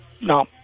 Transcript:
no